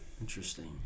Interesting